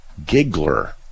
Giggler